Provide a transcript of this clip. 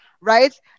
right